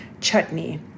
chutney